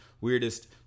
weirdest